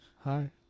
hi